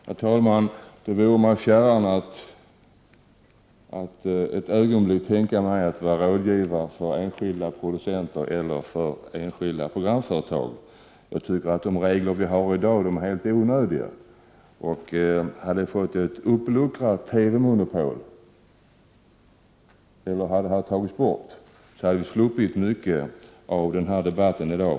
Herr talman! Det vore mig fjärran att ett ögonblick tänka mig att vara rådgivare för enskilda producenter eller enskilda programföretag. Jag tycker att de regler vi har i dag är helt onödiga. Om vi hade fått en uppluckring av TV-monopolet eller om monopolet tagits bort, hade vi sluppit mycket av denna debatt i dag.